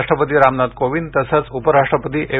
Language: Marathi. राष्ट्रपती रामनाथ कोविंद तसंच उपराष्ट्रपती एम